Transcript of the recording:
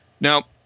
Now